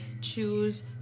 choose